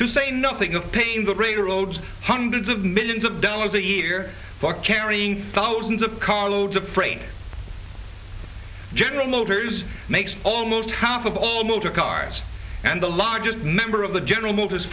to say nothing of paying the railroads hundreds of millions of dollars a year for carrying thousands of car loads of freight general motors makes almost half of all motor cars and the largest member of the general mo